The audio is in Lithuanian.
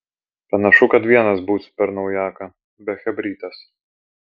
panašu kad vienas būsiu per naujaką be chebrytės